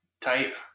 type